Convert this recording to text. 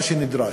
נדרש: